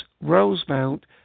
Rosemount